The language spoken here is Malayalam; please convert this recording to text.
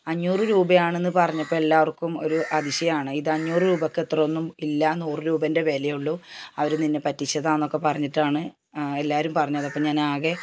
അഞ്ഞൂറു രൂപയാണെന്ന് പറഞ്ഞപ്പോൾ എല്ലാവർക്കും ഒരു അതിശയമാണ് ഇത് അഞ്ഞൂർ രൂപക്ക് അത്രയൊന്നും ഇല്ല നൂറ് രൂപൻ്റെ വിലയെ ഉള്ളൂ അവർ നിന്നെ പറ്റിച്ചതാണ് എന്നൊക്കെ പറഞ്ഞിട്ടാണ് എല്ലാവരും പറഞ്ഞത് അപ്പം ഞാൻ ആകെ